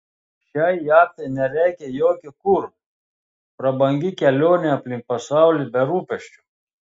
šiai jachtai nereikia jokio kuro prabangi kelionė aplink pasaulį be rūpesčių